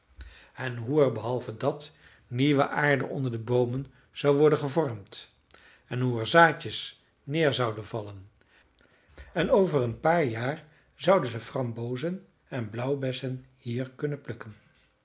en hoe er behalve dat nieuwe aarde onder de boomen zou worden gevormd en hoe er zaadjes neer zouden vallen en over een paar jaar zouden ze frambozen en blauwbessen hier kunnen plukken